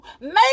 make